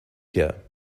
here